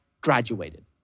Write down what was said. graduated